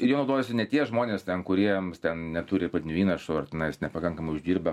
ir juo naudojasi ne tie žmonės ten kurie ten neturi pradinio įnašo ar tenais nepakankamai uždirba